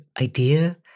idea